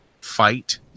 fight